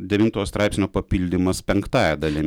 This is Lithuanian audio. devinto straipsnio papildymas penktąja dalim